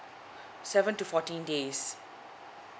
seven to fourteen days